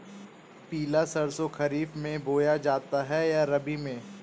पिला सरसो खरीफ में बोया जाता है या रबी में?